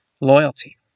loyalty